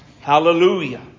Hallelujah